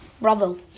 Bravo